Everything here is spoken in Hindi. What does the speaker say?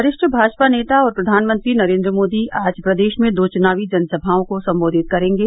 वरिष्ठ भाजपा नेता और प्रधानमंत्री नरेन्द्र मोदी आज प्रदेश में दो चुनावी जनसभाओं को सम्बोधित करेंगे